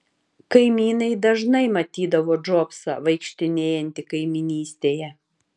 kaimynai dažnai matydavo džobsą vaikštinėjantį kaimynystėje